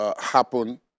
happen